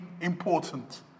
important